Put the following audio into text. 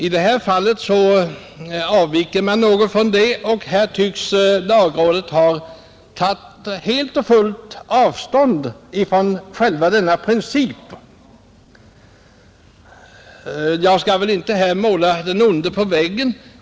I det här fallet avviker man något från den principen, och lagrådet har helt och hållet tagit avstånd därifrån. Jag skall inte måla den onde på väggen.